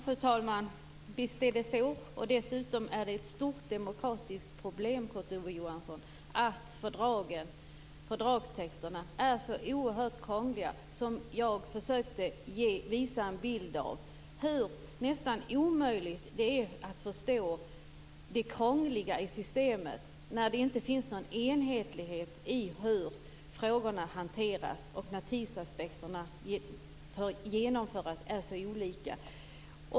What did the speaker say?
Fru talman! Visst är det så. Dessutom är det ett stort demokratiskt problem, Kurt Ove Johansson, att fördragstexterna är så oerhört krångliga. Det försökte jag ge en bild av; hur nästan omöjligt det är att förstå det krångliga i systemet när det inte finns någon enhetlighet i hur frågorna hanteras och när tidsaspekterna för genomförandet är så olika.